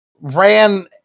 ran